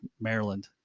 Maryland